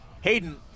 Hayden